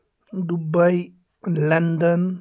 Dubai London